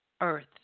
earth